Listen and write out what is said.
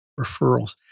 referrals